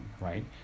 right